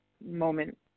moment